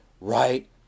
right